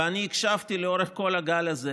ואני הקשבתי לאורך כל הגל הזה